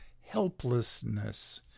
helplessness